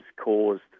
caused